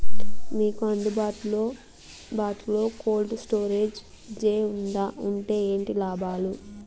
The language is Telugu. మీకు అందుబాటులో బాటులో కోల్డ్ స్టోరేజ్ జే వుందా వుంటే ఏంటి లాభాలు?